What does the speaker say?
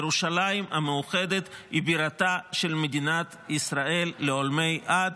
ירושלים המאוחדת היא בירתה של מדינת ישראל לעולמי עד,